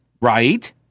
right